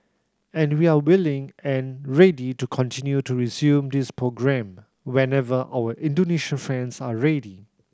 and we are willing and ready to continue to resume this programme whenever our Indonesian friends are ready